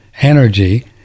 energy